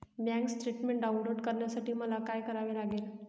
Bank statement download करण्यासाठी मला काय करावे लागेल?